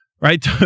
Right